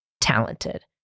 talented